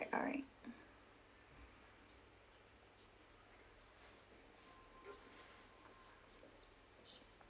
alright